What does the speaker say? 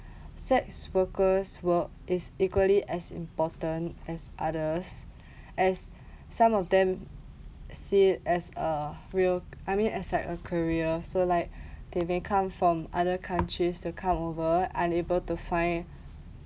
sex worker's work is equally as important as others as some of them see as uh will I mean as like a career so like they may come from other countries to come over unable to find